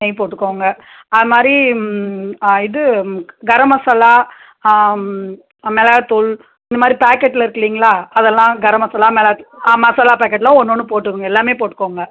நெய் போட்டுக்கோங்க அதுமாதிரி இது கரம் மசாலா மிளகாத்தூள் இந்தமாதிரி பாக்கெட்டில் இருக்குது இல்லைங்களா அதெல்லாம் கரம் மசாலா மிளகா ஆ மசாலா பாக்கெட்டெல்லாம் ஒன்று ஒன்று போட்டுக்கோங்க எல்லாமே போட்டுக்கோங்க